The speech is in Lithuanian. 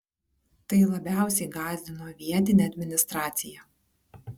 tai labiausiai gąsdino vietinę administraciją